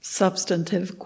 substantive